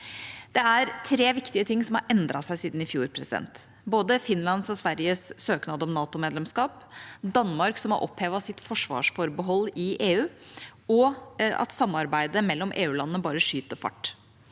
Det er tre viktige ting som har endret seg siden i fjor: både Finlands og Sveriges søknad om NATO-medlemskap, at Danmark har opphevet sitt forsvarsforbehold i EU, og at samarbeidet mellom EU-landene bare skyter fart.